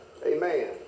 Amen